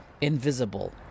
invisible